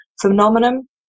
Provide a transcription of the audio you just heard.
phenomenon